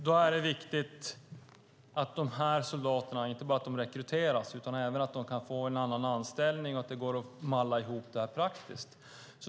Det är viktigt att dessa soldater inte bara rekryteras utan även att de kan få en annan anställning och att det går att malla ihop det praktiskt.